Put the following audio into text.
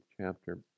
chapter